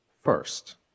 first